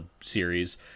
series